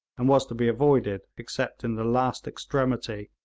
and was to be avoided except in the last extremity,